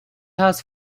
has